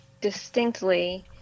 distinctly